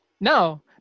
no